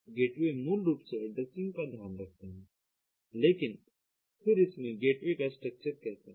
तो गेटवे मूल रूप से ऐड्रेसिंग का ध्यान रखते हैं हैं लेकिन फिर इसमें गेटवे का स्ट्रक्चर कैसा है